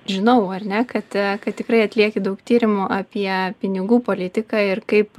žinau ar ne kad kad tikrai atlieki daug tyrimų apie pinigų politiką ir kaip